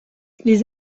les